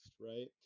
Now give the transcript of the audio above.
right